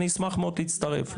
אני אשמח מאוד להצטרף,